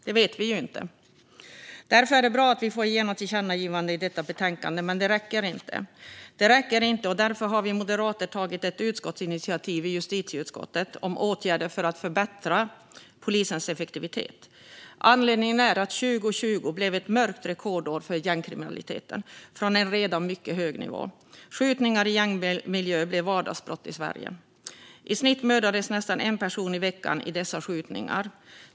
Det vet vi inte. Därför är det bra att vi får igenom ett tillkännagivande i betänkandet, men det räcker inte. Därför har vi moderater tagit ett utskottsinitiativ i justitieutskottet om åtgärder för att förbättra polisens effektivitet. Anledningen är att 2020 blev ett mörkt rekordår för gängkriminaliteten, från en redan mycket hög nivå. Skjutningar i gängmiljö blev vardagsbrott i Sverige. I snitt mördades nästan en person i veckan i dessa skjutningar.